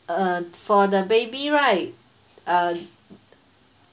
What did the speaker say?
uh for the baby right uh